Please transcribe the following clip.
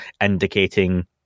indicating